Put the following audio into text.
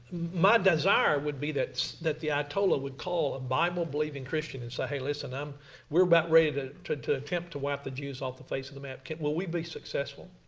my desire would be that that the ayatollah would call a bible believing christians and say, hey, listen, um we are about ready to to attempt to wipe the jews off the face of the map. will we be successful?